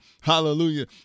Hallelujah